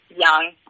young